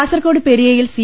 കാസർകോട് പെരിയയിൽ സി